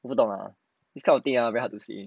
我不懂 eh this kind of thing ah very hard to say